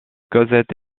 cosette